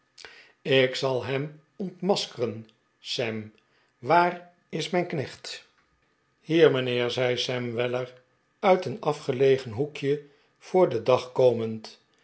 ik zal hem ontmaskeren sam waar is mijn knecht hier mijnheer zei sam weller uit een afgelegen hoekje voor den dag komend